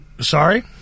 Sorry